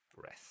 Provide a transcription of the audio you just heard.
breath